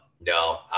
no